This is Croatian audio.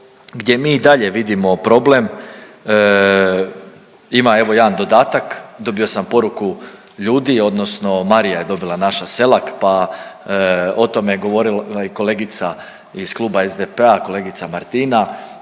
gdje mi i dalje vidimo problem, ima evo, jedan dodatak, dobio sam poruku ljudi, odnosno Marija je dobila naša Selak pa o tome je govorila i kolegica iz Kluba SDP-a, kolegica Martina